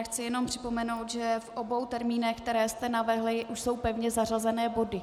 Chci jen připomenout, že v obou termínech, které jste navrhla, už jsou pevně zařazené body.